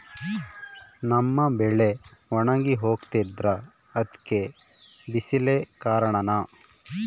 ನಮ್ಮ ಬೆಳೆ ಒಣಗಿ ಹೋಗ್ತಿದ್ರ ಅದ್ಕೆ ಬಿಸಿಲೆ ಕಾರಣನ?